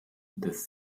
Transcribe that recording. des